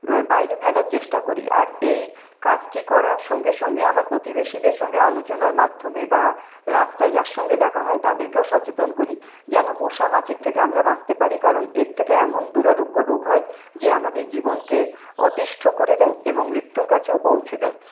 বাইরে ফেলার চেষ্টা করি আর এই কাজটি করার সঙ্গে সঙ্গে আমার প্রতিবেশীদের সঙ্গে আলোচনার মাধ্যমে বা রাস্তায় যার সঙ্গে দেখা হয় তাদেরকেও সচেতন করি যেন মশা মাছির থেকে আমরা বাঁচতে পারি কারণ এর থেকে এমন দুরারোগ্য রোগ হয় যে আমাদের জীবনকে অতিষ্ঠ করে দেয় এবং মৃত্যুর কাছেও পৌঁছে দেয়